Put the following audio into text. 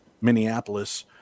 Minneapolis